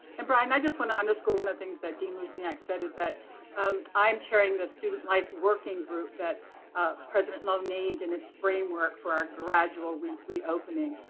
and brian, i just want to underscore one of things that dean lushniak said, is that um i'm chairing the student life working group that president loh named in his framework for our gradual reopening.